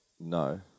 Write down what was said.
No